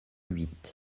huit